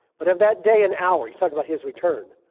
but of that day and hour, he's talking about his return,